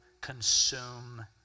consume